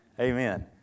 Amen